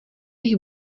jich